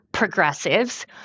Progressives